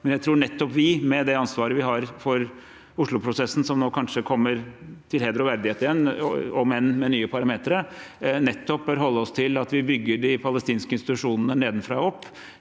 Men jeg tror nettopp vi, med det ansvaret vi har for Oslo-prosessen, som nå kanskje kommer til heder og verdighet igjen – om enn med nye parametre – bør holde oss til å bygge de palestinske institusjonene nedenfra og